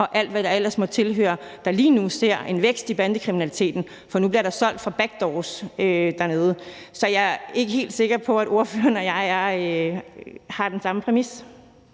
og alt, hvad der ellers måtte tilhøre, og som lige nu ser en vækst i bandekriminaliteten, for nu bliver der solgt fra backdoors dernede. Så jeg er ikke helt sikker på, at ordføreren og jeg har den samme præmis.